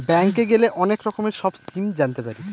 ব্যাঙ্কে গেলে অনেক রকমের সব স্কিম জানতে পারি